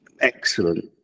excellent